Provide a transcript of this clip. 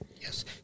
Yes